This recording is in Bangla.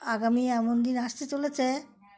আগামী এমন দিন আসতে চলেছে